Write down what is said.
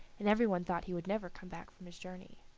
and every one thought he would never come back from his journey.